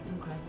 Okay